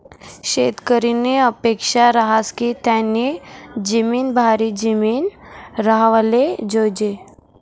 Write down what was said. शेतकरीनी अपेक्सा रहास की त्यानी जिमीन भारी जिमीन राव्हाले जोयजे